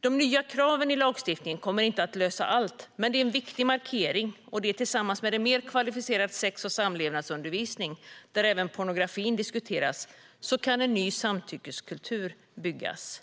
De nya kraven i lagstiftningen kommer inte lösa allt, men det är en viktig markering. Tillsammans med en mer kvalificerad sex och samlevnadsundervisning där även pornografin diskuteras så kan en ny samtyckeskultur byggas.